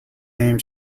named